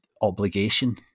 obligation